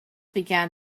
began